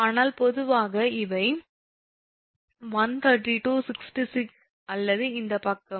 ஆனால் பொதுவாக இது 13266 அல்லது இந்தப் பக்கம்